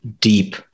deep